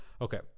Okay